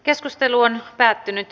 keskustelu päättyi